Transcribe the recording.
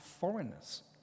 foreigners